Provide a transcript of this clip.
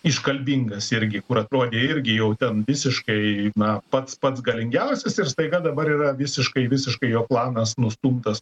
iškalbingas irgi kur atrodė irgi jau ten visiškai na pats pats galingiausias ir staiga dabar yra visiškai visiškai jo planas nustumtas